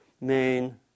main